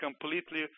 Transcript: completely